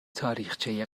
تاریخچه